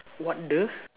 what the